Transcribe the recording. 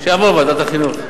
שיעבור לוועדת החינוך.